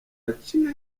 yaciye